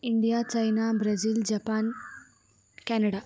India China Brazil Japan Canada